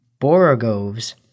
Borogoves